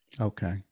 Okay